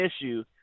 issue